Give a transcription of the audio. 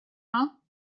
know